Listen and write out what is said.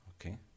okay